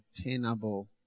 Attainable